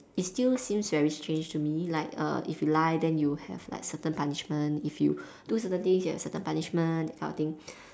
it still seems very strange to me like err if you lie then you have like certain punishment if you do certain things you have certain punishment that kind of thing